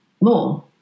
more